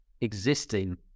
existing